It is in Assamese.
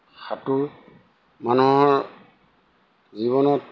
সাঁতোৰ মানুহৰ জীৱনত